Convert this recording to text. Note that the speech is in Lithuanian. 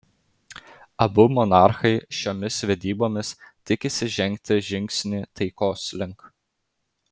abu monarchai šiomis vedybomis tikisi žengti žingsnį taikos link